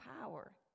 power